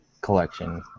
collection